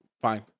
Fine